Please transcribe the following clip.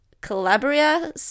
calabria